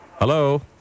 Hello